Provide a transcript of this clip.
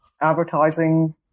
advertising